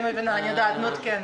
אני מעודכנת.